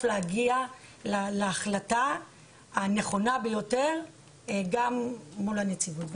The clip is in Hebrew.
להגיע להחלטה הנכונה ביותר גם מול הנציבות.